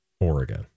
Oregon